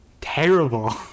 terrible